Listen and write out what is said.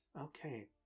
okay